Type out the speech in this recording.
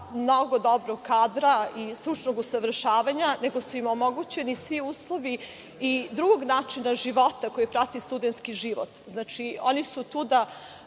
mnogo dobrog kadra i stručnog usavršavanja, nego su im omogućeni svi uslovi i drugog načina života koji prati studentski život. Znači, oni su tu da